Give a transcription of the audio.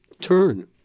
turn